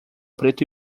preto